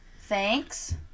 thanks